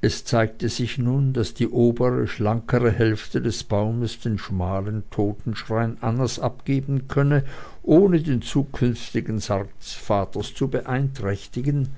es zeigte sich nun daß die obere schlanke hälfte des baumes den schmalen totenschrein annas abgeben könne ohne den zukünftigen sarg des vaters zu beeinträchtigen